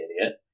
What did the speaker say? idiot